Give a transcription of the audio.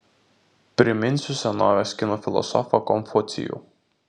priminsiu senovės kinų filosofą konfucijų